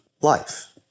life